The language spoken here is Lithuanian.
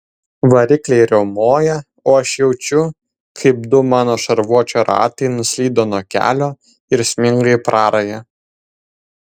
varikliai riaumoja o aš jaučiu kaip du mano šarvuočio ratai nuslydo nuo kelio ir sminga į prarają